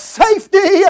safety